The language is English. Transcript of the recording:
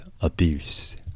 abuse